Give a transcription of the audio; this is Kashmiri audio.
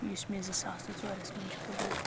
یُس مےٚ زٕ ساس تٕہ ژورَس منز چھُ کۆرمُت